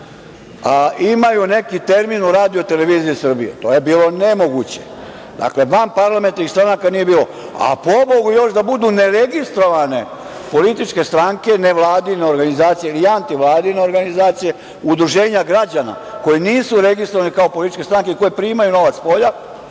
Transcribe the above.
imaju neki termin u RTS-u, to je bilo nemoguće. Vanparlamentarnih stranaka nije bilo, a pobogu, još da budu neregistrovane političke stranke, nevladine organizacije ili antivladine organizacije, udruženja građana koje nisu registrovane kao političke strane koje primaju novac spolja,